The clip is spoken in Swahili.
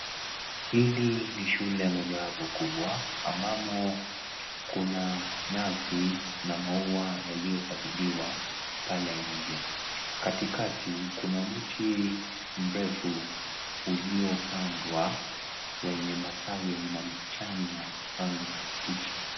Hili ni shule mojawapo kubwa, ambamo kuna nyasi na Maua yaliyo paliliwa pale nje. Katikati kuna mti mrefu uliyopandwa, wenye matawi yenye majani ya rangi mabichi.